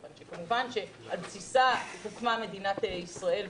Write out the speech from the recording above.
מכיוון שעל בסיסה הוקמה מדינת ישראל,